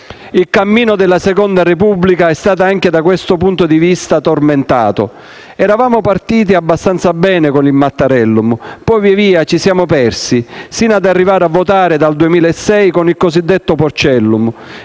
Il cammino della Seconda Repubblica è stato, anche da questo punto di vista, tormentato. Eravamo partiti abbastanza bene con il Mattarellum. Poi, via via, ci siamo persi, sino ad arrivare a votare, dal 2006, con il cosiddetto Porcellum.